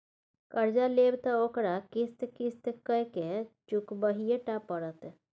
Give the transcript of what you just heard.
कर्जा लेब त ओकरा किस्त किस्त कए केँ चुकबहिये टा पड़त